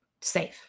safe